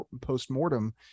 post-mortem